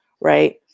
right